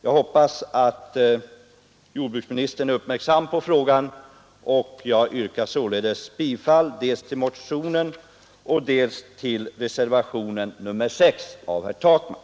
Jag hoppas att jordbruksministern är uppmärksam på frågan, och jag yrkar bifall dels till motionen 929, dels till reservationen 6 av herr Takman.